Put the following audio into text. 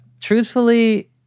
truthfully